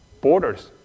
borders